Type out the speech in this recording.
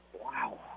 Wow